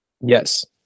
Yes